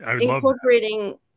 Incorporating